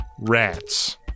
rats